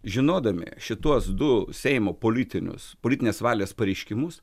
žinodami šituos du seimo politinius politinės valios pareiškimus